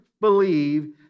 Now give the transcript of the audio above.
believe